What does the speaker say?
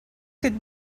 could